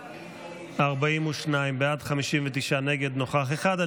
42 בעד, 59 נגד, נוכח אחד.